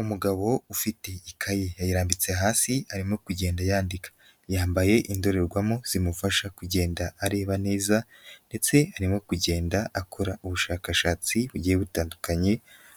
Umugabo ufite ikaye yayimbitse hasi arimo kugenda yandika, yambaye indorerwamo zimufasha kugenda areba neza ndetse arimo kugenda akora ubushakashatsi bugiye butandukanye